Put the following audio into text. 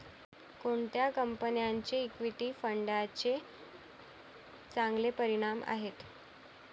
कोणत्या कंपन्यांचे इक्विटी फंडांचे चांगले परिणाम आहेत?